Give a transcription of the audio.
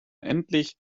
endlich